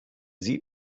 sie